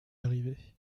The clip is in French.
arriver